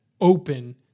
open